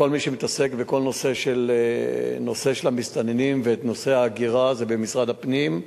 מי שמתעסק בכל נושא המסתננים ובנושא ההגירה זה משרד הפנים.